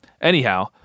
anyhow